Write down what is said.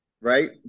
right